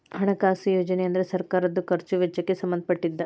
ಹಣಕಾಸು ಯೋಜನೆ ಅಂದ್ರ ಸರ್ಕಾರದ್ ಖರ್ಚ್ ವೆಚ್ಚಕ್ಕ್ ಸಂಬಂಧ ಪಟ್ಟಿದ್ದ